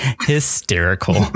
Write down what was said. hysterical